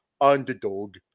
underdog